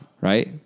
Right